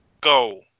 Go